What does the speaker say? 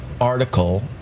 article